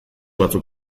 batzuek